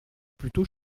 plutôt